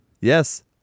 Yes